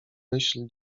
myśl